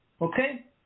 Okay